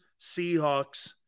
Seahawks